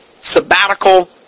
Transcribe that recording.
sabbatical